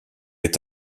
est